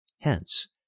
hence